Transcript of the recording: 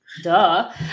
Duh